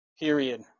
period